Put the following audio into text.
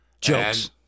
Jokes